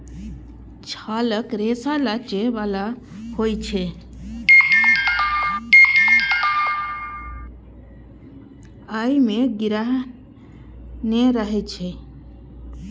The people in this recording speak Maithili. छालक रेशा लचै बला होइ छै, अय मे गिरह नै रहै छै